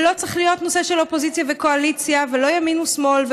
ולא צריך להיות נושא של אופוזיציה וקואליציה ולא ימין ושמאל: